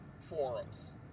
forums